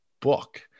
book